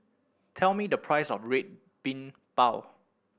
tell me the price of Red Bean Bao